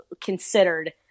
considered